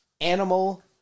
animal